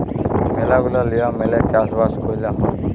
ম্যালা গুলা লিয়ম মেলে চাষ বাস কয়রা হ্যয়